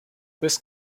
this